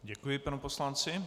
Děkuji panu poslanci.